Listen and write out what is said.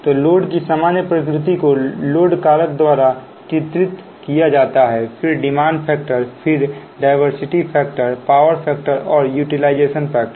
तो लोड की सामान्य प्रकृति को लोड कारक द्वारा चरित्रित किया जाता है फिर डिमांड फैक्टर फिर डायवर्सिटी फैक्टर पावर फैक्टर और यूटिलाइजेशन फैक्टर